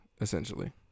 essentially